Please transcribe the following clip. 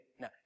Now